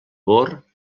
bor